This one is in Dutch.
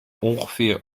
ongeveer